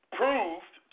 proved